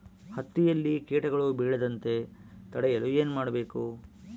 ಹತ್ತಿಯಲ್ಲಿ ಕೇಟಗಳು ಬೇಳದಂತೆ ತಡೆಯಲು ಏನು ಮಾಡಬೇಕು?